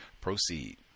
Proceed